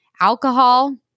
alcohol